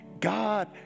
God